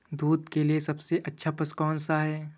दूध के लिए सबसे अच्छा पशु कौनसा है?